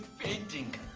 painting.